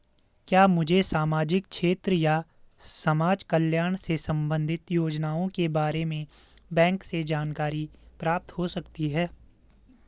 क्या मुझे सामाजिक क्षेत्र या समाजकल्याण से संबंधित योजनाओं के बारे में बैंक से जानकारी प्राप्त हो सकती है?